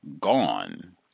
gone